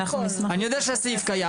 אני יודע שהסעיף קיים.